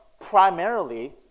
primarily